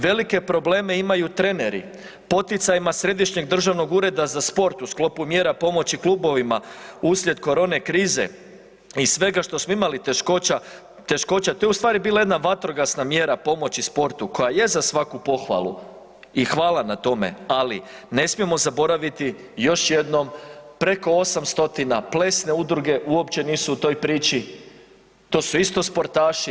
Velike probleme imaju treneri, poticajima Središnjeg državnog ureda za sport u sklopu mjera pomoći klubovima, uslijed korone krize i svega što smo imali, teškoća, teškoća to je ustvari bila jedna vatrogasna mjera pomoći sportu koja je za svaku pohvalu i hvala na tome, ali ne smijemo zaboraviti još jednom preko 8 stotina plesne udruge uopće nisu u toj priči, to su isto sportaši.